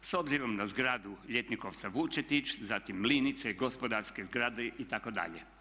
S obzirom na zgradu Ljetnikovca Vučetić, zatim Linice, gospodarske zgrade itd.